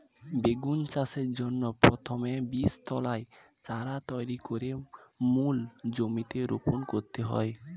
বেগুন চাষের জন্য প্রথমে বীজতলায় চারা তৈরি করে মূল জমিতে রোপণ করতে হয়